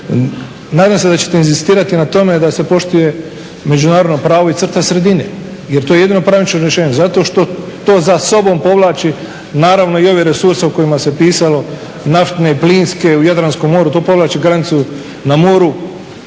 Nadam se da ćete inzistirati na tome da se poštuje međunarodno pravo i crta sredine. Jer to je jedino pravično rješenje zato što to za sobom povlači naravno i ove resurse o kojima se pisalo, naftne, plinske, u Jadranskom moru to povlači granicu na moru